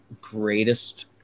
greatest